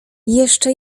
jeszcze